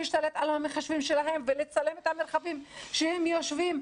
להשתלט על המחשבים שלהם ולצלם את המרחבים שהם יושבים.